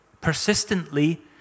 persistently